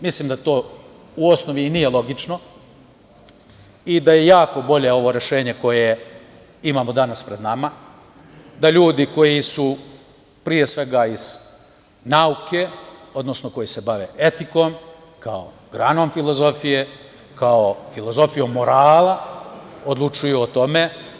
Mislim, da to u osnovi i nije logično i da je jako bolje ovo rešenje koje imamo danas pred nama, da ljudi koji su, pre svega iz nauke, odnosno koji se bave etikom, kao granom filozofije, kao filozofijom morala, odlučuju o tome.